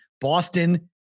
Boston